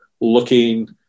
looking